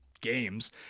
games